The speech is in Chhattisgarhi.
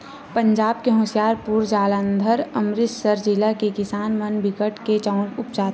पंजाब के होसियारपुर, जालंधर, अमरितसर जिला के किसान मन बिकट के चाँउर उपजाथें